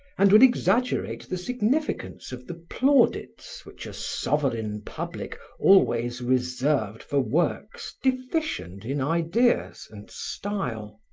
and would exaggerate the significance of the plaudits which a sovereign public always reserves for works deficient in ideas and style.